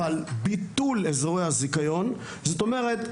אבל, ביטול אזורי הזיכיון, זאת אומרת,